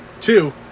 Two